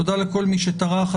תודה לכל מי שטרח.